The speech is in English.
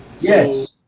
yes